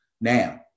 Now